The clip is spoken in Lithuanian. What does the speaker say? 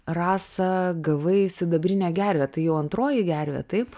rasa gavai sidabrinę gervę tai jau antroji gervė taip